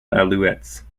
alouettes